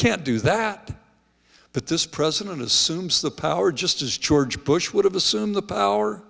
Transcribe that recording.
can't do that but this president assumes the power just as george bush would have assume the power